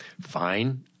fine